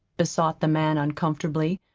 besought the man uncomfortably,